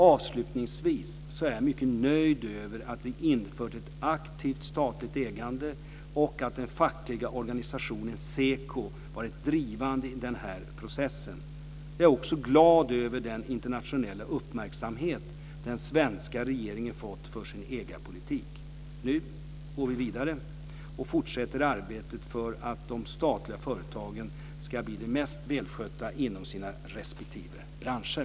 Avslutningsvis är jag mycket nöjd över att vi infört ett aktivt statligt ägande och att den fackliga organisationen SEKO varit drivande i den här processen. Jag är också glad över den internationella uppmärksamhet den svenska regeringen fått för sin ägarpolitik. Nu går vi vidare och fortsätter arbeta för att de statliga företagen ska bli de mest välskötta inom sina respektive branscher.